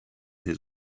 his